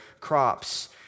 crops